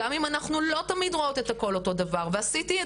גם אם אנחנו לא תמיד רואות את הכול אותו דבר ועשיתי את